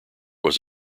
was